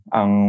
ang